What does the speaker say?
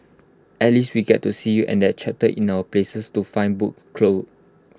at least we get to see you and that chapter in our places to find book closed